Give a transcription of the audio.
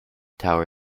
tower